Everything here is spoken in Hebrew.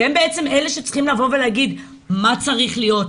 שהם בעצם אלה שצריכים לבוא ולהגיד מה צריך להיות,